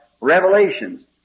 revelations